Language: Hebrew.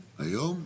היום?